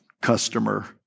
customer